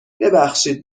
ببخشید